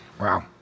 Wow